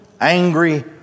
angry